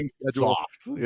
soft